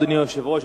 אדוני היושב-ראש,